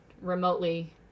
remotely